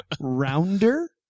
Rounder